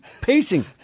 pacing